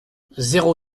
zéro